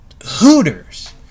hooters